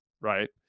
right